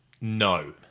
No